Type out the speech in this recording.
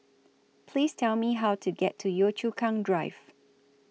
Please Tell Me How to get to Yio Chu Kang Drive